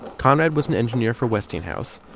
conrad was an engineer for westinghouse,